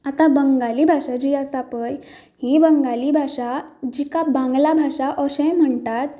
आतां बंगाली भाशा जी आसा पळय ही बंगाली भाशा जिका बांगला भाशा अशेंय म्हणटात